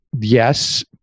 Yes